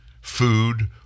food